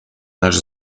наш